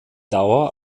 dauer